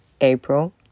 April